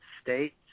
States